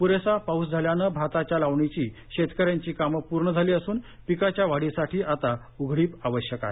पुरेसा पाऊस झाल्यानं भाताच्या लावणीची शेतकऱ्यांची कामं पूर्ण झाली असून पिकाच्या वाढीसाठी आता उघडीप आवश्यक आहे